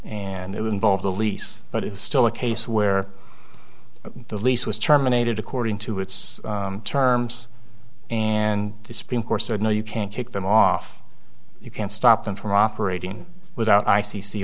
and it would involve the lease but it was still a case where the lease was terminated according to its terms and the supreme court said no you can't kick them off you can't stop them from operating without i c c